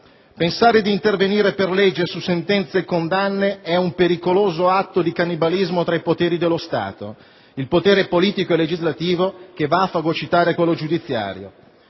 Pensare di intervenire per legge su sentenze e condanne è un pericoloso atto di cannibalismo tra i poteri dello Stato: il potere politico e legislativo che va a fagocitare quello giudiziario.